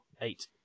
eight